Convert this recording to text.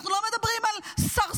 אנחנו לא מדברים על סרסרות.